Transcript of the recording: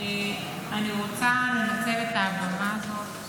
אני רוצה לנצל את הבמה הזאת